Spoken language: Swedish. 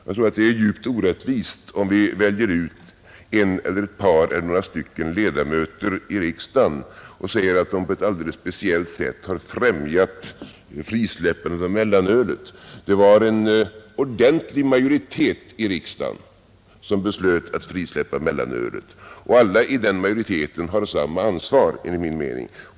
Jag tror att det är djupt orättvist om vi väljer ut en eller några ledamöter i riksdagen och säger att de på ett alldeles speciellt sätt har främjat frisläppandet av mellanölet. Det var en ordentlig majoritet i riksdagen som beslöt att frisläppa mellanölet, och alla i den majoriteten har samma ansvar.